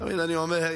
תמיד אני אומר,